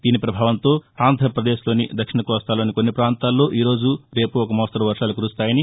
దీని ప్రభావంతో ఆంధ్రపదేశ్లోని దక్షిణ కోస్తాలోని కాన్ని ప్రాంతాల్లో ఈరోజు రేపు ఒక మోస్తరు వర్షాలు కురుస్తాయని